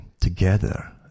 together